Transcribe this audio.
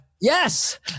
Yes